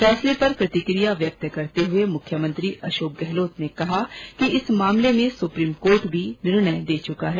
फैसले पर प्रतिकिया व्यक्त करते हुए मुख्यमंत्री अशोक गहलोत ने कहा कि इस मामले में सुप्रीम कोर्ट भी निर्णय दे चुका है